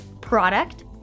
Product